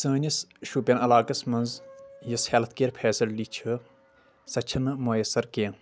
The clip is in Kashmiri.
سأنِس شُپین علاقعس منٛز یۄس ہٮ۪لتھ کِیر فیسلٹی چھ سۄ چھنہٕ میسر کیٚنٛہہ